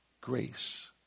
grace